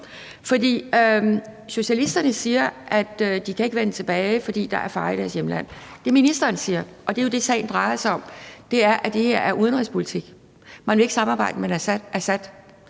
socialisterne siger, at de ikke kan vende tilbage, fordi der er fare i deres hjemland. Det, ministeren siger, og det er jo det, sagen drejer sig om, er, at det her er udenrigspolitik – man vil ikke samarbejde med Assad.